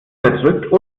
zerdrückt